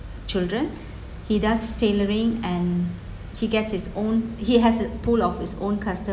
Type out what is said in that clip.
children he does tailoring and he gets his own he has a pool of his own custom~